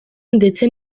ndetse